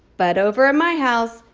but over at my house,